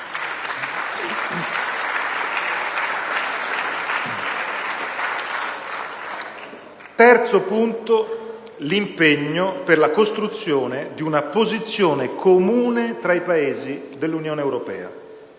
terzo punto è l'impegno per la costruzione di una posizione comune tra i Paesi dell'Unione europea.